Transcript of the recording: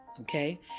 okay